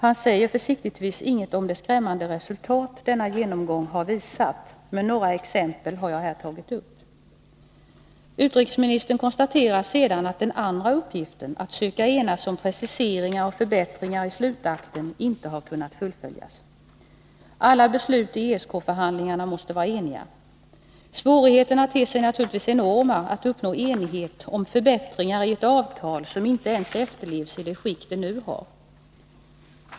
Han säger försiktigtvis inget om det skrämmande resultat denna genomgång har visat — men jag har här tagit upp några exempel. Han konstaterar sedan att den andra uppgiften, att söka enas om preciseringar och förbättringar i slutakten, inte har kunnat fullföljas. Alla beslut i ESK-förhandlingarna måste vara eniga. Svårigheterna ter sig naturligtvis enorma att uppnå enighet om förbättringar i ett avtal som inte efterlevs ens i det skick det nu har.